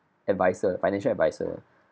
advisor financial advisor